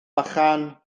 bychan